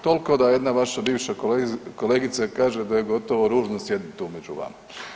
Toliko da jedna vaša bivša kolegica kaže da je gotovo ružno sjediti tu među vama.